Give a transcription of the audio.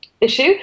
issue